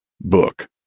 book